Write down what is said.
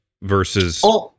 versus